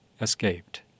escaped